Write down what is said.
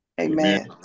Amen